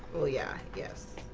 oh, yeah. yes.